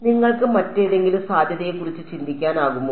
നിങ്ങൾക്ക് മറ്റേതെങ്കിലും സാധ്യതയെക്കുറിച്ച് ചിന്തിക്കാനാകുമോ